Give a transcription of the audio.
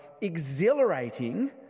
exhilarating